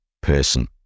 person